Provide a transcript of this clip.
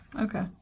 Okay